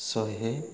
ଶହେ